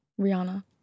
Rihanna